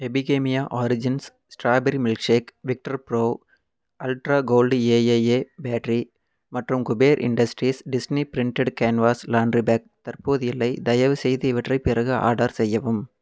Epigamia origins strawberry milkshake விக்ட்ருப்ரோ ultra gold AAA battery மற்றும் Kuber industries Disney printed canvas laundry bag தற்போது இல்லை தயவுசெய்து இவற்றை பிறகு ஆர்டர் செய்யவும்